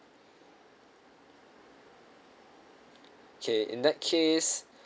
okay in that case